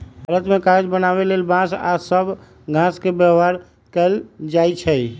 भारत मे कागज बनाबे लेल बांस आ सबइ घास के व्यवहार कएल जाइछइ